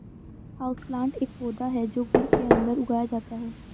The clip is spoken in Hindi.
हाउसप्लांट एक पौधा है जो घर के अंदर उगाया जाता है